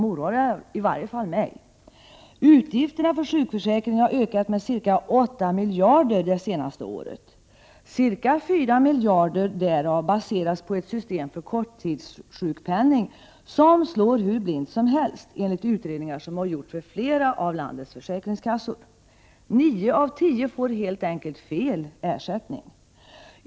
De oroar i varje fall mig. Utgifterna för sjukförsäkringen har ökat med ca 8 miljarder kronor det senaste året. Ca 4 miljarder därav baseras på ett system för korttidssjukpenning som slår hur blint som helst, enligt utredningar som har gjorts vid flera av landets försäkringskassor. Nio av tio får helt enkelt fel ersättning.